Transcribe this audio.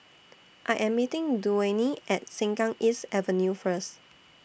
I Am meeting Duane At Sengkang East Avenue First